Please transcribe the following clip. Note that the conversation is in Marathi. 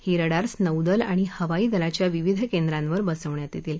ही रडार्स नौदल आणि हवाई दलाच्या विविध केंद्रांवर बसवण्यात यत्तील